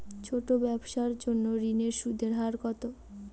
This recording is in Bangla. ছোট ব্যবসার জন্য ঋণের সুদের হার কত?